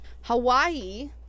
Hawaii